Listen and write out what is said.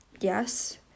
Yes